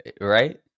right